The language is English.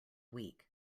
week